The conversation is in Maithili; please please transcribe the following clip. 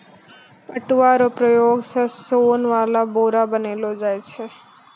पटुआ रो प्रयोग से सोन वाला बोरा बनैलो जाय छै